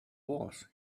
wars